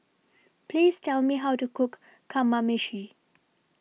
Please Tell Me How to Cook Kamameshi